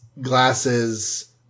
glasses